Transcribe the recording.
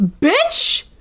Bitch